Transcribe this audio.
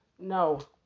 no